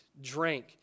drank